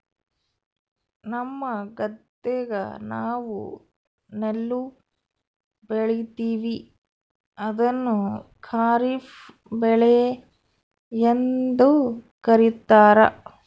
ನಮ್ಮ ಗದ್ದೆಗ ನಾವು ನೆಲ್ಲು ಬೆಳೀತೀವಿ, ಅದನ್ನು ಖಾರಿಫ್ ಬೆಳೆಯೆಂದು ಕರಿತಾರಾ